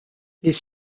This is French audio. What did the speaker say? les